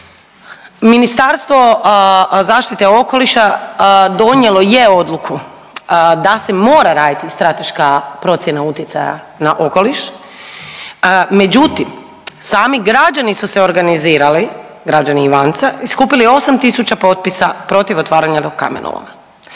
Ministarstvo zaštite okoliša donijelo je odluku da se mora raditi strateška procjena utjecaja na okoliš, međutim sami građani su se organizirali, građani Ivanca i skupili 8.000 potpisa protiv otvaranja kamenoloma.